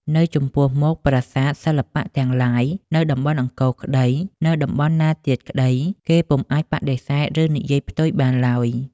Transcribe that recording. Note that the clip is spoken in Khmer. នៅចំពោះមុខ ប្រាសាទ សិល្បៈទាំងឡាយនៅតំបន់អង្គរក្តី នៅតំបន់ណាទៀតក្តី គេពុំអាចបដិសេធ ឬនិយាយផ្ទុយបានឡើយ។